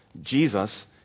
Jesus